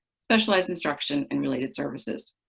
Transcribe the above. specialized instruction, and related services.